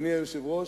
אדוני היושב-ראש,